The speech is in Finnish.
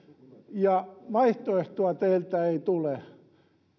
ja vaihtoehtoa teiltä ei tule